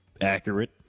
accurate